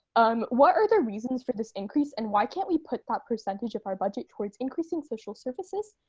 um what are the reasons for this increase and why can't we put that percentage of our budget towards increase in social services,